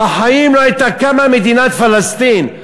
בחיים לא הייתה קמה מדינת פלסטין.